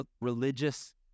religious